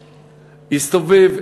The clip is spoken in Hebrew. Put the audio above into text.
הסתובב,